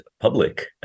public